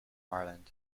ireland